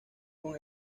con